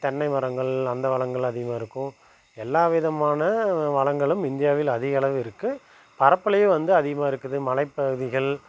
தென்னை மரங்கள் அந்த வளங்கள் அதிகமாக இருக்கும் எல்லா விதமான வளங்களும் இந்தியாவில் அதிக அளவு இருக்கு பரப்புலயே வந்து அதிகமாக இருக்குது மலைப் பகுதிகள்